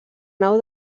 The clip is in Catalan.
nau